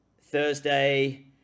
Thursday